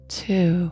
two